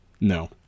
No